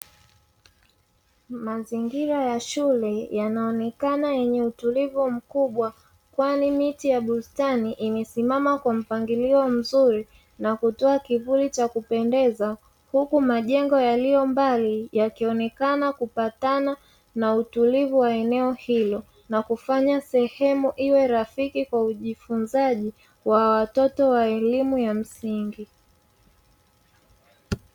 Mzaingira ya shule yanaonekana yenye utulivu mkubwa kwani miti ya bustani imesimama kwa mpangilio mzuri na kutoa kivuli cha kupendeza, huku majengo yaliyo mbali yakionekana kupatana na utulivu wa eneo hilo na kufanya sehemu iwe rafiki kwa ujifunzaji wa watoto wa elimu ya msingi.